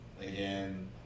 again